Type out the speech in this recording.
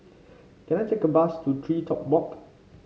can I take a bus to TreeTop Walk